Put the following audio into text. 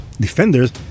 Defenders